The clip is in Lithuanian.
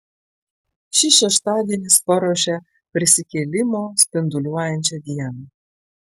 šis šeštadienis paruošia prisikėlimo spinduliuojančią dieną